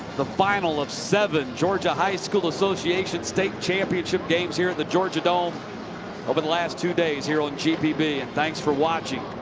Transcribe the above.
the final of seven georgia high school association state championship games here at the georgia dome over the last two days here on gpb. and thanks for watching.